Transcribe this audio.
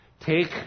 Take